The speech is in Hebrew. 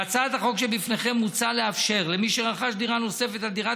בהצעת החוק שבפניכם מוצע לאפשר למי שרכש דירה נוספת על דירת